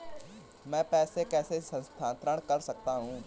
मैं पैसे कैसे स्थानांतरण कर सकता हूँ?